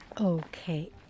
Okay